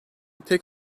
tek